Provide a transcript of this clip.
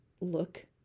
look